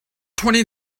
twenty